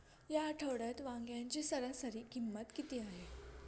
या आठवड्यात वांग्याची सरासरी किंमत किती आहे?